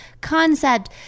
concept